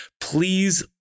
please